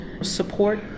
support